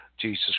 Jesus